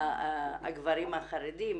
הגברים החרדים,